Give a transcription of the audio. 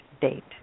date